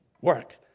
work